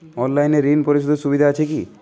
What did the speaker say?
অনলাইনে ঋণ পরিশধের সুবিধা আছে কি?